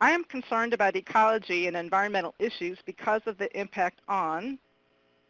i am concerned about ecology and environmental issues because of the impact on